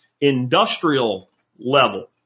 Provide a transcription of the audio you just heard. industrial-level